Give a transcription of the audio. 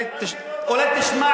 אולי תשמע,